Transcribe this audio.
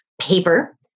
Paper